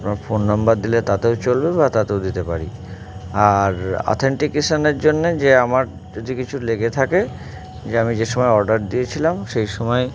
আপনার phone number দিলে তাতেও চলবে বা তাতেও দিতে পারি আর আথেন্টিকেশনের জন্যে যে আমার যদি কিছু লেগে থাকে যে আমি যে সময় অর্ডার দিয়েছিলাম সেই সময়